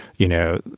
you know,